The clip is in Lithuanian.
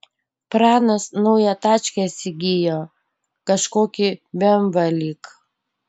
pranas naują tačkę įsigijo kažkokį bemvą lyg